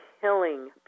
killing